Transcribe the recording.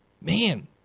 man